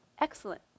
Excellent